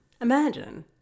Imagine